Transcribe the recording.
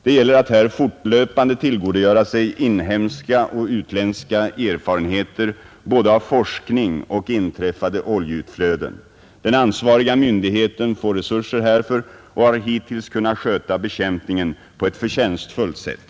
Det gäller att här fortlöpande tillgodogöra sig inhemska och utländska erfarenheter, både av forskning och av inträffade oljeutflöden. Den ansvariga myndigheten får resurser härför och har hittills kunnat sköta bekämpningen på ett förtjänstfullt sätt.